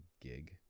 gig